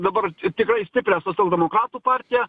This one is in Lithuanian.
dabar tikrai stiprią socialdemokratų partiją